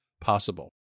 possible